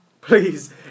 please